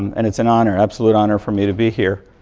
and it's an honor, absolute honor for me to be here,